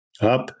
Up